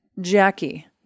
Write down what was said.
Jackie